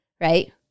right